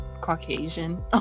caucasian